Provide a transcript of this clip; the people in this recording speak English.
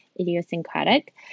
idiosyncratic